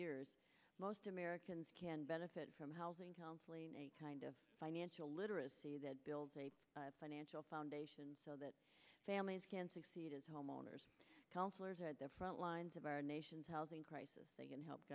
years most americans can benefit from housing counseling kind of financial literacy that builds a financial foundation so that families can succeed as homeowners counselors at the front lines of our nation's housing crisis